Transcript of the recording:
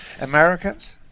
Americans